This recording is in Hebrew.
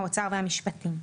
האוצר והמשפטים.